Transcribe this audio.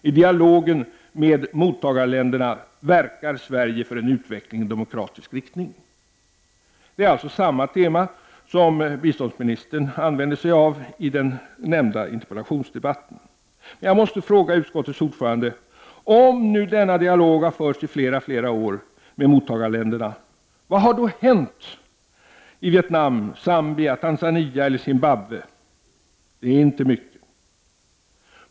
I dialogen med mottagarländerna verkar Sverige för en utveckling i demokratisk riktning.” Det är alltså samma tema som biståndsministern använde sig av i den tidigare nämnda interpellationsdebatten. Jag måste fråga utskottets ordförande: Om nu denna dialog har förts i flera år med mottagarländerna, vad har då hänt i Vietnam, Zambia, Tanzania och Zimbabwe? Det är inte mycket.